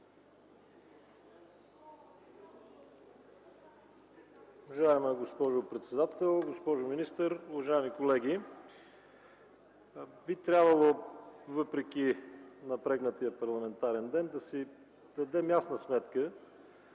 Уважаема госпожо председател, госпожо министър, уважаеми колеги! Би трябвало въпреки напрегнатия парламентарен ден да си дадем ясна сметка,